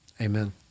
Amen